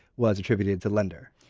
was attributed to lender?